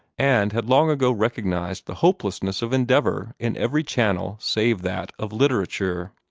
and had long ago recognized the hopelessness of endeavor in every channel save that of literature.